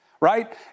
right